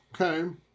Okay